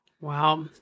Wow